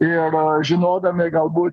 ir žinodami galbūt